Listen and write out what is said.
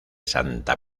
santa